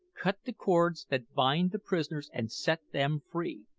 cut the cords that bind the prisoners, and set them free!